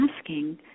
asking